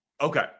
Okay